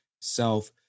self